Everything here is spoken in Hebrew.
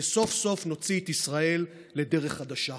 וסוף-סוף נוציא את ישראל לדרך חדשה.